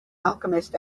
alchemist